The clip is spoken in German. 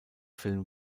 film